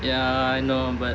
ya I know but